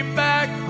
back